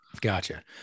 Gotcha